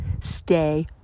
Stay